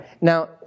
Now